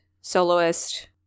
Soloist